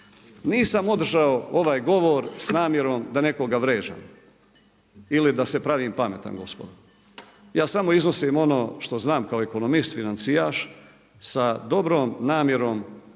Nisam održao ovaj govor s namjerom da nekoga vrijeđam ili da se pravim pametan, gospodo. Ja samo iznosim ono što kao ekonomist, financijaš, sa dobrom namjerom